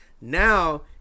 Now